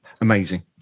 Amazing